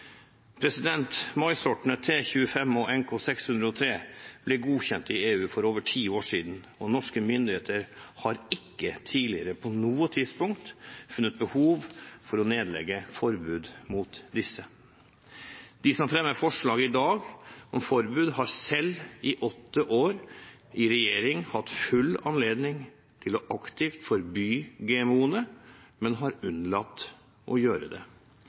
og NK603 ble godkjent i EU for over ti år siden, og norske myndigheter har ikke tidligere på noe tidspunkt funnet behov for å nedlegge forbud mot disse. De som fremmer forslag i dag om forbud, har selv i åtte år i regjering hatt full anledning til aktivt å forby GMO-ene, men har unnlatt å gjøre det.